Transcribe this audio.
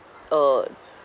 uh